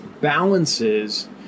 balances